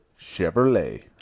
chevrolet